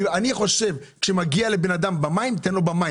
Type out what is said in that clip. אני חושב שכשמגיע לאדם במים, תן לו במים.